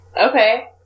Okay